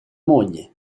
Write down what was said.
moglie